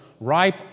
ripe